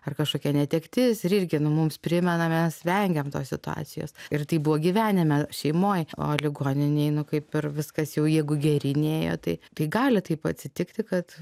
ar kažkokia netektis ir irgi nu mums primena mes vengiam tos situacijos ir tai buvo gyvenime šeimoj o ligoninėj kaip ir viskas jau jeigu geryn ėjo tai tai gali taip atsitikti kad